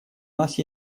нас